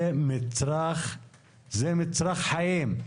זה מצרך חיים.